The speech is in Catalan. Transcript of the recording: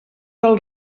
del